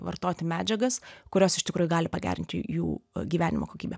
vartoti medžiagas kurios iš tikrųjų gali pagerinti jų gyvenimo kokybę